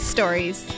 Stories